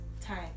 time